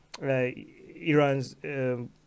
Iran's